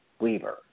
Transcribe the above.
Weaver